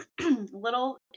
Little